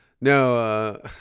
No